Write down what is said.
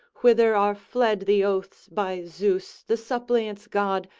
whither are fled the oaths by zeus the suppliants' god,